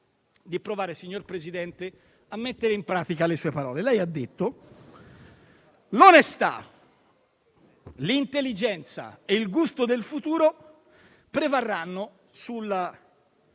di provare, signor Presidente, a mettere in pratica le sue parole. Lei ha detto che l'onestà, l'intelligenza e il gusto del futuro prevarranno sulla